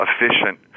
efficient